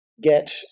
get